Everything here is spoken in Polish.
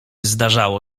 zdarzało